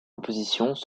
compositions